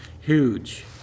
huge